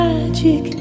Magic